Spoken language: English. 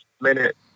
minute